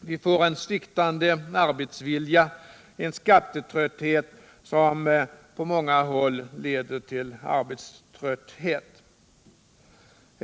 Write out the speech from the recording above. vi får en svikande arbetsvilja och en skattetrötthet som på många håll leder till arbetströtthet.